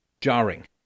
jarring